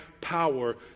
power